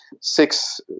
six